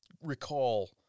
recall